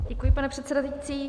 Děkuji, pane předsedající.